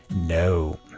No